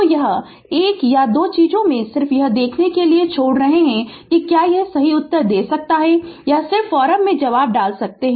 तो यह 1 या 2 चीजो मैं सिर्फ यह देखने के लिए छोड़ रहे है कि क्या सही उत्तर दे सकता है या सिर्फ फोरम में जवाब डाल सकते है